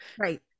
Right